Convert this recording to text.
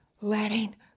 letting